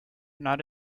not